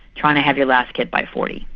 trying to have your last kid by forty.